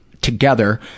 together